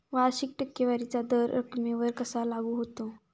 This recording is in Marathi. वार्षिक टक्केवारीचा दर रकमेवर कसा लागू होतो?